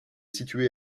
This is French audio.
situé